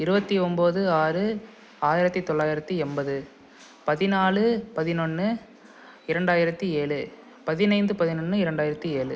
இருபத்தி ஒம்பது ஆறு ஆயிரத்தி தொள்ளாயிரத்து எண்பது பதினாலு பதினொன்று இரண்டாயிரத்து ஏழு பதினைந்து பதினொன்று இரண்டாயிரத்தி ஏழு